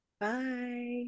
Bye